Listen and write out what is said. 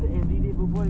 !oi!